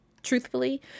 Truthfully